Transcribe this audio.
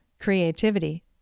creativity